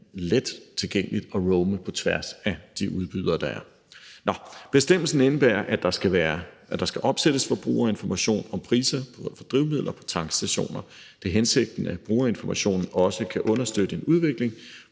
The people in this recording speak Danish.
let tilgængeligt at roame på tværs af de udbydere, der er. Bestemmelsen indebærer, at der skal opsættes forbrugerinformation om priser for drivmidler på tankstationer. Det er hensigten, at brugerinformationen også kan understøtte en udvikling,